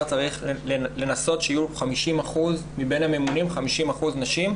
צריך לנסות שיהיו מבין הממונים 50% נשים.